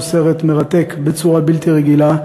שהוא סרט מרתק בצורה בלתי רגילה.